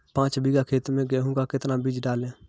पाँच बीघा खेत में गेहूँ का कितना बीज डालें?